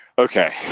Okay